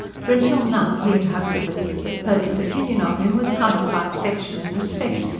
for until now he had hugged the belief that purdy's opinion of him was coloured by affection and respect,